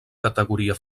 categoria